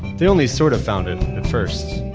they only sort of found it, at first.